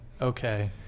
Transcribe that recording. okay